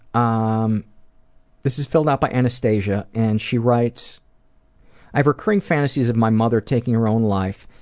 um this is filled out by anastasia, and she writes i have recurring fantasies of my mother taking her own life,